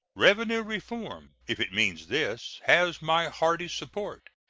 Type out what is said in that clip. revenue reform, if it means this, has my hearty support.